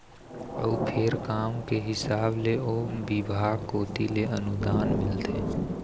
अउ फेर काम के हिसाब ले ओ बिभाग कोती ले अनुदान मिलथे